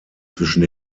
zwischen